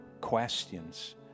questions